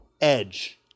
edge